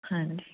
ਹਾਂਜੀ